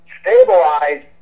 stabilize